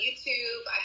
YouTube